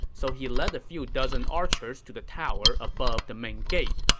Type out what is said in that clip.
so he led a few dozen archers to the tower above the main gate.